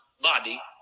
body